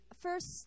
first